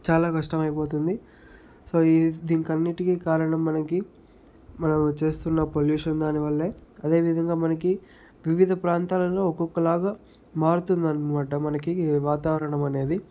చాలా కష్టమైపోతుంది సో ఈ దీనికి అన్నిటికి కారణం మనకి మనం చేస్తున్న పొల్యూషన్ దానివల్లే అదేవిధంగా మనకి వివిధ ప్రాంతాలలో ఒక్కొక్కలాగా మారుతుందనమాట మనకి వాతావరణం అనేది